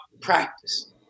practice